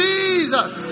Jesus